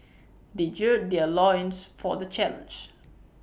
they gird their loins for the challenge